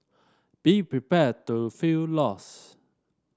be prepared to feel lost